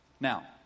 Now